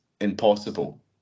impossible